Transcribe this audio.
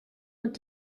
und